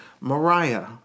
Mariah